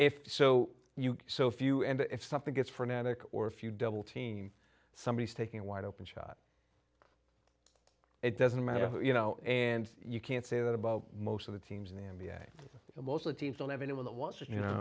if so you so if you and if something gets for manic or if you double team somebody taking a wide open shot it doesn't matter who you know and you can't say that about most of the teams in the n b a and most of the teams don't have anyone that wants to you know